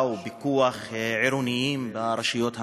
או פיקוח עירוניים ברשויות המקומיות,